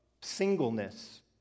singleness